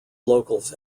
locals